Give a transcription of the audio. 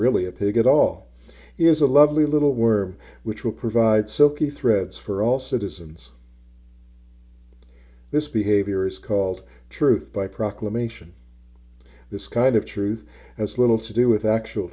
really a pig at all is a lovely little worm which will provide silky threads for all citizens this behavior is called truth by proclamation this kind of truth has little to do with actual